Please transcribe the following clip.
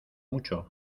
mucho